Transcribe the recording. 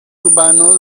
urbano